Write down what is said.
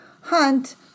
hunt